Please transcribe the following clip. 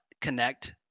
connect